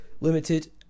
limited